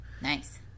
Nice